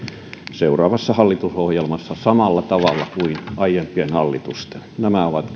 seuraavassa hallitusohjelmassa samalla tavalla kuin aiempien hallitusten ohjelmissa nämä ovat